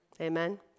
Amen